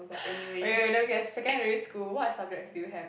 wait wait wait let me guess secondary school what subjects do you have